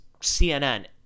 CNN